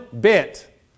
bit